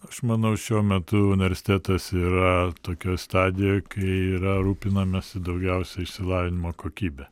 aš manau šiuo metu universitetas yra tokioj stadijoj kai yra rūpinamasi daugiausiai išsilavinimo kokybe